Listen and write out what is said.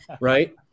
right